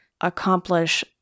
accomplish